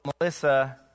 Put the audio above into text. Melissa